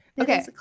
Okay